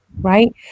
right